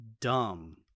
dumb